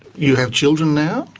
you have children now?